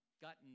gotten